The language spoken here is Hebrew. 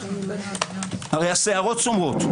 הרי השערות סומרות.